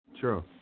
true